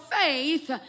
faith